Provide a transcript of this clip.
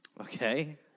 Okay